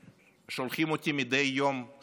שולחים אותי מדי יום חזרה לרוסיה,